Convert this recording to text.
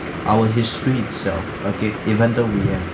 our history itself okay even though we have